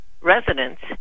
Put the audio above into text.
residents